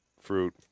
fruit